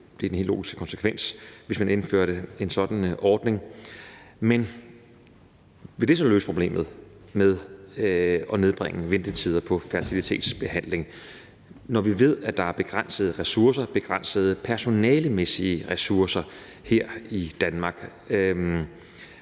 blive den logiske konsekvens, hvis man indførte en sådan ordning. Men vil det så løse problemet med at nedbringe ventetider på fertilitetsbehandling, når vi ved, at der er begrænsede ressourcer, begrænsede personalemæssige ressourcer her i Danmark?